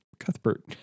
Cuthbert